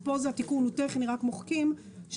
פה התיקון הוא טכני, רק מוחקים את ההגדרות.